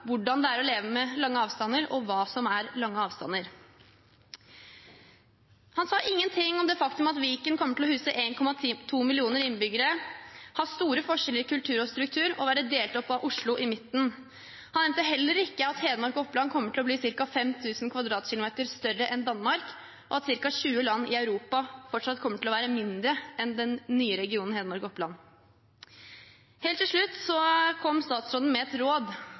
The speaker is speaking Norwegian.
hvordan det er å leve med lange avstander, og hva som er lange avstander! Han sa ingenting om det faktum at Viken kommer til å huse 1,2 millioner innbyggere, ha store forskjeller i kultur og struktur og være delt opp av Oslo i midten. Han nevnte heller ikke at Hedmark og Oppland kommer til å bli ca. 5 000 km2 større enn Danmark, og at ca. 20 land i Europa kommer til å være mindre enn den nye regionen Hedmark–Oppland. Helt til slutt kom statsråden med et råd